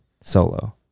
solo